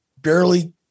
barely